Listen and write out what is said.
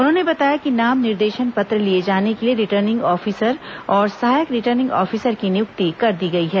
उन्होंने बताया कि नाम निर्देशन पत्र लिए जाने के लिए रिटर्निंग ऑफिसर और सहायक रिटर्निंग ऑफिसर की नियुक्ति कर दी गई है